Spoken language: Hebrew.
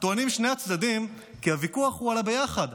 טוענים שני הצדדים כי הוויכוח הוא על הביחד,